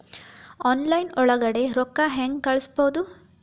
Online ಒಳಗಡೆ ರೊಕ್ಕ ಹೆಂಗ್ ಕಳುಹಿಸುವುದು?